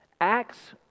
Acts